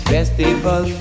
Festival